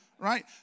Right